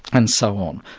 and so on.